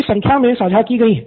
काफी संख्या मे साझा की गई